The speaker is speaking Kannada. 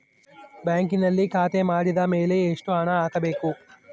ಬ್ಯಾಂಕಿನಲ್ಲಿ ಖಾತೆ ಮಾಡಿದ ಮೇಲೆ ಎಷ್ಟು ಹಣ ಹಾಕಬೇಕು?